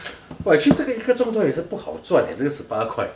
!wah! actually 这个一个钟头也是不好赚 leh 这个十八块